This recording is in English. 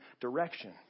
direction